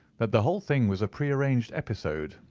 that the whole thing was a pre-arranged episode,